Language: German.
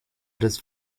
des